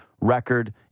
record